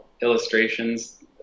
illustrations